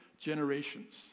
generations